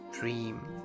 dream